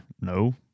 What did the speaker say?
No